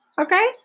Okay